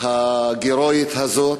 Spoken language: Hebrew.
ההירואית הזאת,